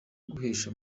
guhesha